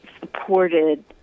supported